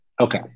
Okay